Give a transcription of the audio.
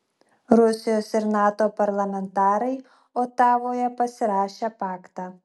rusijos ir nato parlamentarai otavoje pasirašė paktą